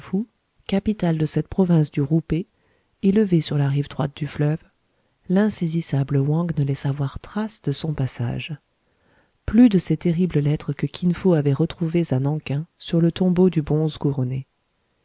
capitale de cette province du rou pé élevée sur la rive droite du fleuve l'insaisissable wang ne laissa voir trace de son passage plus de ces terribles lettres que kin fo avait retrouvées à nan king sur le tombeau du bonze couronné